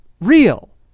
real